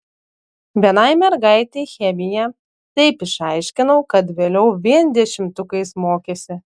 vienai mergaitei chemiją taip išaiškinau kad vėliau vien dešimtukais mokėsi